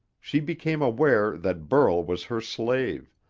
she became aware that burl was her slave,